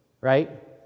Right